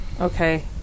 Okay